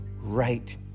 right